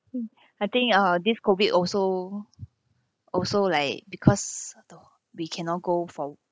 I think uh this COVID also also like because we cannot go for